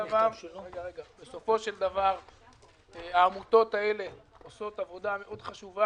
בסופו של דבר העמותות האלה עושות עבודה חשובה